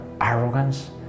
arrogance